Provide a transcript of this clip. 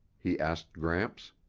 he asked gramps.